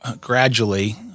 gradually